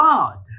God